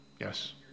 Yes